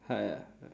ha